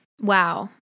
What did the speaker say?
wow